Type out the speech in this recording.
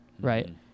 Right